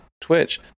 Twitch